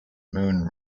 moon